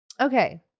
Okay